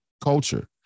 culture